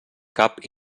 cap